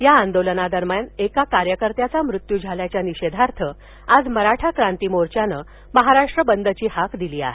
या आंदोलना दरम्यान एका कार्यकर्त्याचा मृत्यू झाल्याच्या निषेधार्थ आज मराठा क्रांती मोर्चाने महाराष्ट्र बंद ची हाक दिली आहे